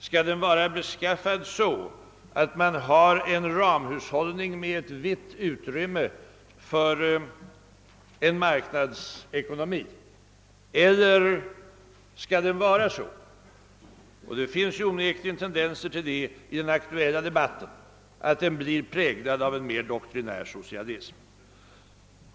Skall den vara sådan att vi har en ramhushållning med ett visst utrymme för marknadsekonomin, eller skall den — det finns onekligen tendenser till det i den aktuella debatten — vara präglad av en mera doktrinär socialism?